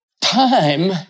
time